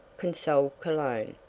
consoled cologne,